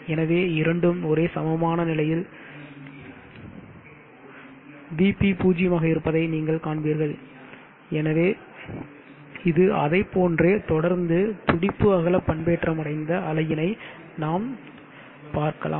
எனவே இரண்டும் ஒரே சமமான நிலையில் V p பூஜ்ஜியமாக இருப்பதை நீங்கள் காண்பீர்கள் எனவே இது அதைப்போன்றே தொடர்ந்து துடிப்பு அகல பண்பேற்றம் அடைந்த அலையினை நாம் பார்க்கலாம்